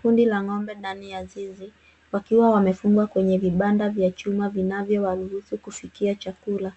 Kundi la ng'ombe ndani ya zizi wakiwa wamefungwa kwenye vibanda vya chuma zinavyowaruhusu kufikia chakula.